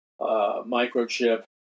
microchip